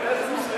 גברתי היושבת-ראש,